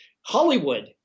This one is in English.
Hollywood